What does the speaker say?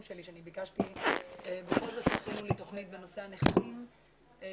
ביקשתי שבכל זאת יכינו לי תוכנית בנושא הנחלים כי